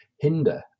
hinder